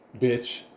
bitch